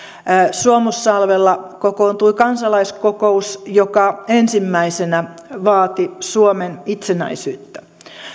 suomussalmella kokoontui kansalaiskokous joka ensimmäisenä vaati suomen itsenäisyyttä